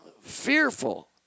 fearful